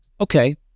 Okay